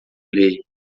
lei